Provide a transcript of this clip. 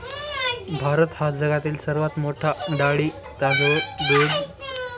भारत हा जगातील सर्वात मोठा डाळी, तांदूळ, दूध, ताग आणि कापूस उत्पादक देश आहे